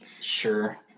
Sure